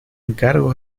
encargo